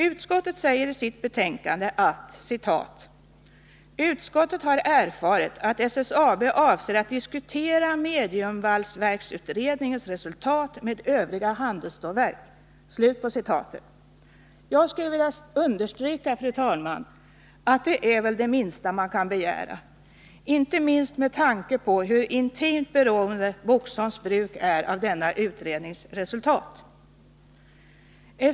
Utskottet säger i sitt betänkande: ”Utskottet har erfarit att SSAB avser att diskutera mediumvalsverksutredningens resultat med övriga handelsstålverk.” Jag skulle vilja understryka, fru talman, att det är väl det minsta man kan begära, inte minst med tanke på hur intimt beroende Boxholms bruk är av denna utrednings resultat.